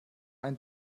ein